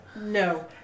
No